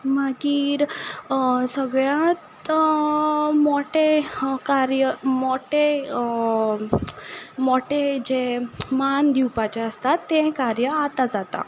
मागीर सगलें मोठें कार्य मोठें मोठें जें मान दिवपाचें आसता तें कार्य आतां जाता